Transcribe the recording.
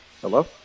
Hello